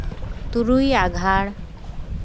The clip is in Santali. ᱛᱩᱨᱩᱭ ᱟᱜᱷᱟᱬ